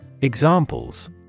Examples